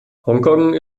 hongkong